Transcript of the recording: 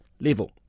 level